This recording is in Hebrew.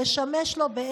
לשמש לו,